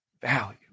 value